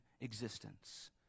existence